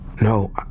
No